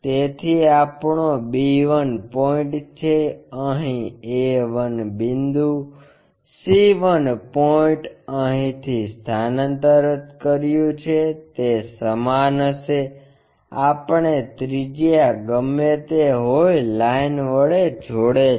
તેથી આપણો b 1 point છે અહીં a 1 બિંદુ c 1 પોઇન્ટ અહીંથી સ્થાનાંતર કર્યુ તે સમાન હશે આપણે ત્રિજ્યા ગમે તે હોય લાઇન વડે જોડે છે